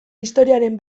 historiaren